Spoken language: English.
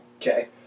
Okay